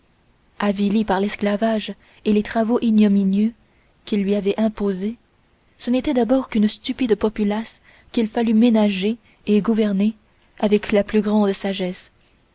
avili par l'esclavage et les travaux ignominieux qu'ils lui avaient imposés ce n'était d'abord qu'une stupide populace qu'il fallut ménager et gouverner avec la plus grande sagesse